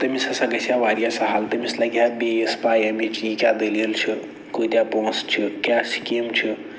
تٔمِس ہسا گژھِ ہہ واریاہ سہل تٔمِس لَگہِ ہہ بیٚیِس پَے اَمِچ یہِ کیٛاہ دٔلیٖل چھِ کۭتیاہ پونٛسہٕ چھِ کیٛاہ سِکیٖم چھِ